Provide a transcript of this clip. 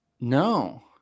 No